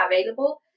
available